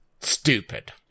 stupid